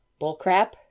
bullcrap